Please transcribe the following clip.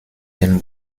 den